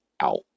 out